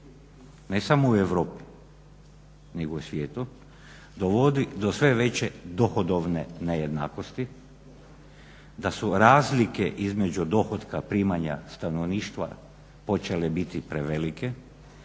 ne samo u Europi nego i u svijetu dovodi do sve veće dohodovne nejednakosti, da su razlike između dohotka primanja stanovništva počele biti prevelike